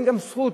אין גם זכות,